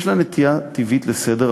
יש לה נטייה טבעית לסדר,